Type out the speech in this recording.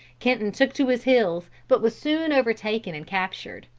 kenton took to his heels, but was soon overtaken and captured.